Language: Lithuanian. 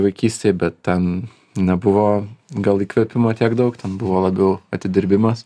vaikystėj bet ten nebuvo gal įkvėpimo tiek daug ten buvo labiau atidirbimas